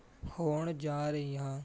ਹੋਣ ਜਾ ਰਹੀਆਂ